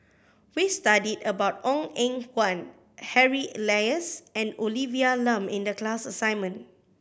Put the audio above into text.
we studied about Ong Eng Guan Harry Elias and Olivia Lum in the class assignment